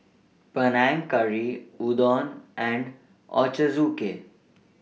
Panang Curry Udon and Ochazuke